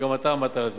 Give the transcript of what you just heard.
וגם אתה עמדת על זה.